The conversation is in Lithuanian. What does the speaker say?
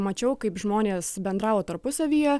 mačiau kaip žmonės bendravo tarpusavyje